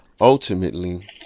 ultimately